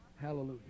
Hallelujah